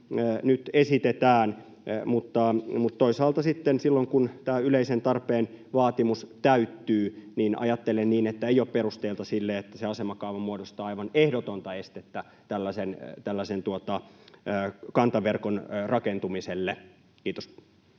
nyt esitetään. Mutta toisaalta ajattelen, että silloin, kun tämä yleisen tarpeen vaatimus täyttyy, ei ole perusteita sille, että se asemakaava muodostaa aivan ehdotonta estettä tällaisen kantaverkon rakentumiselle. — Kiitos.